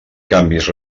canvis